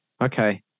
okay